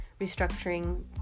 restructuring